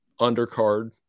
undercard